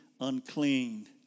unclean